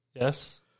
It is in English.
Yes